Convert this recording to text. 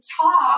talk